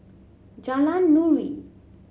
Jalan Nuri